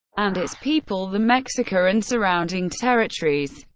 and its people, the mexica, and surrounding territories.